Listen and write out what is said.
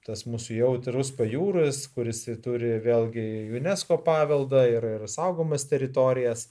tas mūsų jautrus pajūris kuris turi vėlgi unesco paveldą ir saugomas teritorijas